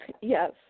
yes